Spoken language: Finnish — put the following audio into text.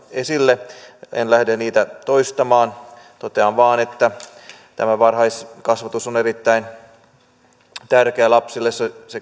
esille en lähde niitä toistamaan totean vain että tämä varhaiskasvatus on erittäin tärkeää lapsille